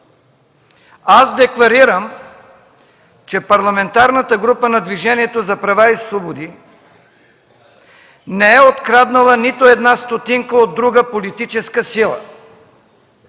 Аз декларирам, че Парламентарната група на Движението за права и свободи не е откраднала нито една стотинка от друга политическа сила,